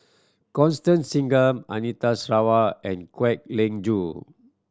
Constan Singam Anita Sarawak and Kwek Leng Joo